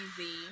easy